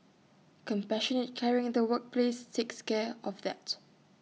compassionate caring in the workplace takes care of that